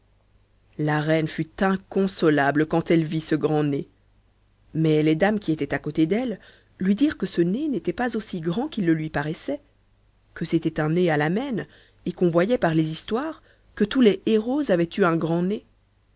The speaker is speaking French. la reine fut inconsolable quand elle vit ce grand nez mais les dames qui étaient à côté d'elle lui dirent que ce nez n'était pas aussi grand qu'il le lui paraissait que c'était un nez à la romaine et qu'on voyait par les histoires que tous les héros avaient eu un grand nez